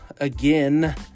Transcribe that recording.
again